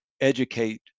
educate